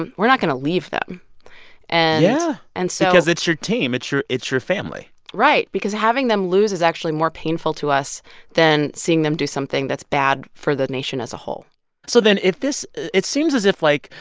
and we're not going to leave them and yeah and so. because it's your team. it's your it's your family right. because having them lose is actually more painful to us than seeing them do something that's bad for the nation as a whole so then if this it seems as if, like,